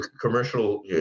commercial